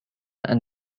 and